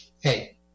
Hey